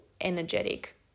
energetic